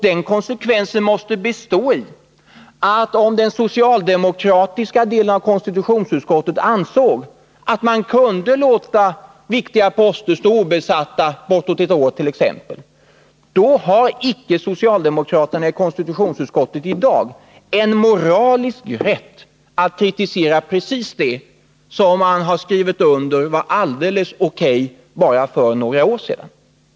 Den konsekvensen måste bestå i att om den socialdemokratiska delen av konstitutionsutskottet ansåg att man med en socialdemokratisk regering kunde låta viktiga poster vara obesatta bortåt ett årt.ex., då har socialdemokraterna i konstitutionsutskottet i dag icke moralisk rätt att kritisera sådant som man har godkänt som helt O.K. bara för några år sedan.